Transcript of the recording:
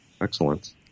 Excellent